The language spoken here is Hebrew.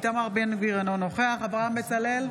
איתמר בן גביר, אינו נוכח אברהם בצלאל,